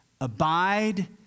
Abide